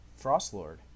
Frostlord